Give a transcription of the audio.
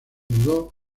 mudó